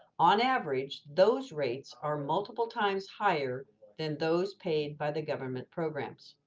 on average, those rates are multiple times higher than those paid by the government programs.